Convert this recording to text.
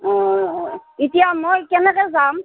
অঁ এতিয়া মই কেনেকৈ যাম